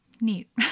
neat